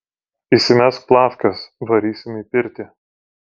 įsimesk plafkes varysim į pirtį